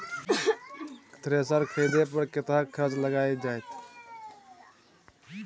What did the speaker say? Thresher खरीदे पर कतेक खर्च लाईग जाईत?